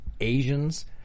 Asians